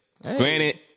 Granted